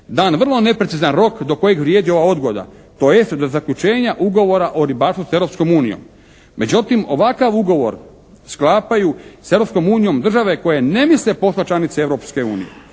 dan vrlo neprecizan rok do kojeg vrijedi ova odgoda tj. do zaključenja ugovora o ribarstvu s Europskom unijom. Međutim, ovakav ugovor sklapaju s Europskom unijom države koje ne misle postati članice